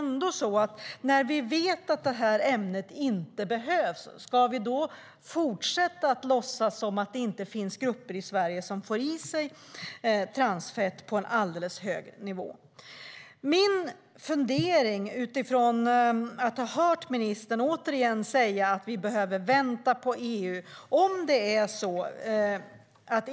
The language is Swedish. När vi vet att detta ämne inte behövs, ska vi då fortsätta att låtsas som att det inte finns grupper i Sverige som får i sig transfetter på en alldeles för hög nivå? Efter att jag återigen har hört ministern säga att vi behöver vänta på EU har jag en fundering.